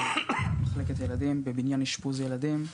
במחלקת ילדים בבניין אשפוז ילדים,